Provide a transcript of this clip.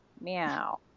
Meow